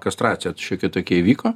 kastracija šiokia tokia įvyko